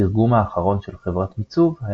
התרגום האחרון של חברת מיצוב,